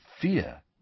fear